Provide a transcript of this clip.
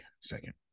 second